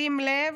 שים לב,